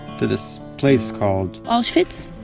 to this place called, auschwitz,